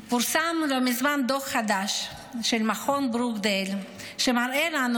פורסם לא מזמן דוח חדש של מכון ברוקדייל שמראה לנו